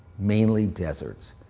mainly deserts.